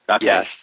Yes